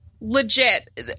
legit